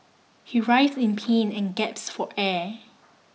he writhed in pain and gasped for air